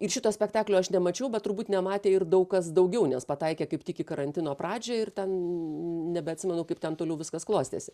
ir šito spektaklio aš nemačiau bet turbūt nematė ir daug kas daugiau nes pataikė kaip tik į karantino pradžią ir ten nebeatsimenu kaip ten toliau viskas klostėsi